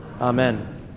Amen